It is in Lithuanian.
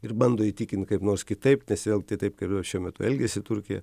ir bando įtikint kaip nors kitaip nes vėl tai taip kaip šiuo metu elgiasi turkija